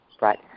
Right